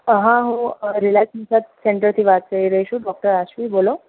હા હું relax massage સેંટરથી વાત કરી રહી છું ડોક્ટર આશ્વી બોલો